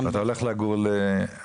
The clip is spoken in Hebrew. ואתה הולך לגור בהר יונה?